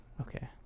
Okay